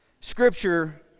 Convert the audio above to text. Scripture